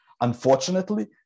Unfortunately